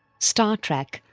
star trek,